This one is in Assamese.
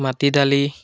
মাটি দালি